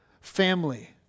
family